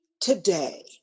today